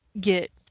get